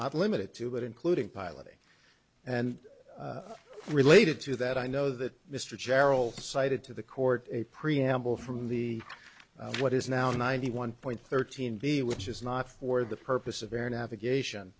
not limited to but including piloting and related to that i know that mr general cited to the court a preamble from the what is now ninety one point thirteen b which is not for the purpose of air navigation